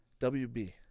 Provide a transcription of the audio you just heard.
wb